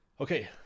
okay